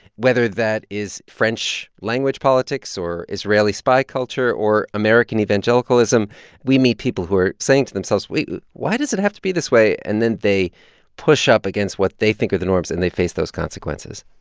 whether that is french language politics or israeli spy culture or american evangelicalism. we meet people who are saying to themselves, wait, why does it have to be this way? and then they push up against what they think are the norms, and they face those consequences